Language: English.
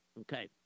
Okay